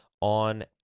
on